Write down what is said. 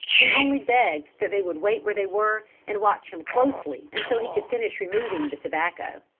and only begged that they would wait where they were, and watch him closely until he could finish removing the tobacco.